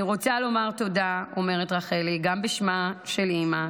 אני רוצה לומר תודה, אומרת רחלי, גם בשמה של אימא.